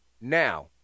Now